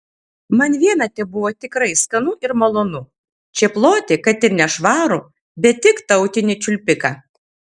man viena tebuvo tikrai skanu ir malonu čėploti kad ir nešvarų bet tik tautinį čiulpiką